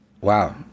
Wow